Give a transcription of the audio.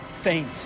Faint